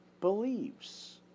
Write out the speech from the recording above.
believes